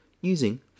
using